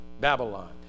Babylon